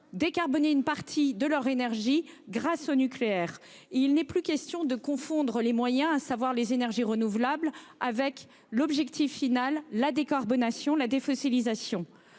décarboné une partie de notre énergie grâce au nucléaire. Il n'est plus question de confondre les moyens- les énergies renouvelables -avec l'objectif final- la décarbonation, la défossilisation.